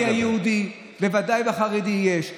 בדנ"א היהודי, בוודאי החרדי, יש.